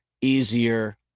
easier